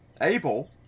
Abel